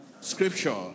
Scripture